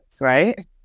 right